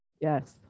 Yes